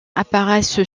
apparaissent